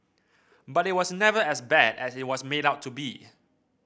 but it was never as bad as it was made out to be